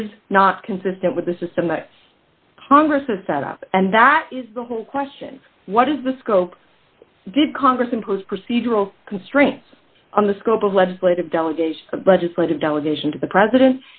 is not consistent with the system that congress has set up and that is the whole question of what is the scope did congress impose procedural constraints on the scope of legislative delegation the budget slated delegation to the president